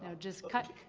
ah just cut.